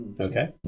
Okay